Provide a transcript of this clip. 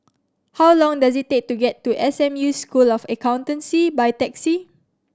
how long does it take to get to S M U School of Accountancy by taxi